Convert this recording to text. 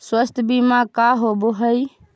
स्वास्थ्य बीमा का होव हइ?